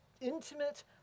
intimate